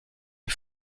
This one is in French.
les